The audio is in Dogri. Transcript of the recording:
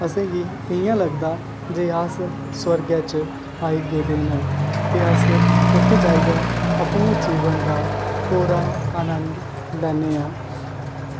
असेंगी इंया लगदा जे अस स्वर्गे च आई गेदे न ते अस उत्थें जाइयै अपने जीवन दा पूरा आनंद लैने आं